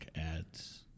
ads